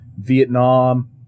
Vietnam